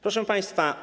Proszę Państwa!